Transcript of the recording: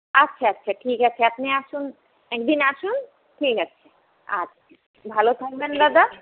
আচ্ছা আচ্ছা ঠিক আছে আপনি আসুন একদিন আসুন ঠিক আছে আচ্ছা ভালো থাকবেন দাদা